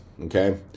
okay